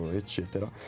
eccetera